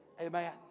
Amen